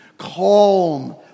calm